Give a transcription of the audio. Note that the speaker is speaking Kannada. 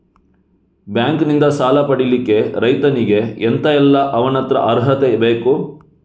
ಬ್ಯಾಂಕ್ ನಿಂದ ಸಾಲ ಪಡಿಲಿಕ್ಕೆ ರೈತನಿಗೆ ಎಂತ ಎಲ್ಲಾ ಅವನತ್ರ ಅರ್ಹತೆ ಬೇಕು?